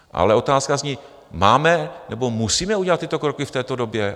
Ale otázka zní máme nebo musíme udělat tyto kroky v této době?